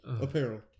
apparel